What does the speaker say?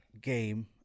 game